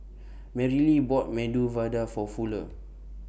Marylee bought Medu Vada For Fuller